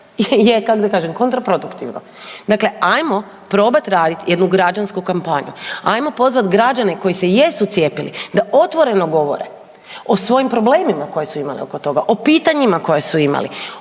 je kak da kažem, kontraproduktivno. Dakle, ajmo probat radit jednu građansku kampanju, ajmo pozvat građane koji se jesu cijepili da otvoreno govore o svojim problemima koje su imali oko toga, o pitanjima koje su imali,